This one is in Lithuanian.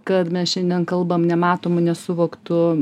kad mes šiandien kalbam nematomu nesuvoktu